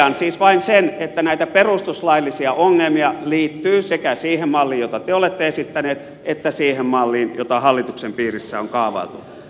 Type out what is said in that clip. totean siis vain sen että näitä perustuslaillisia ongelmia liittyy sekä siihen malliin jota te olette esittäneet että siihen malliin jota hallituksen piirissä on kaavailtu